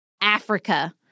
Africa